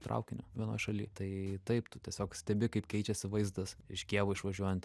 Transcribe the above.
traukiniu vienoj šaly tai taip tu tiesiog stebi kaip keičiasi vaizdas iš kijevo išvažiuojant